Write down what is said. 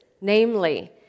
namely